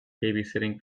babysitting